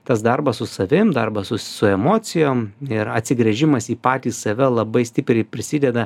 tas darbas su savim darbas su emocijom ir atsigręžimas į patį save labai stipriai prisideda